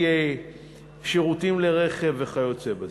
שירותים לרכב וכיוצא בזה.